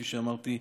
כפי שאמרתי,